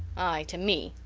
aye, to me!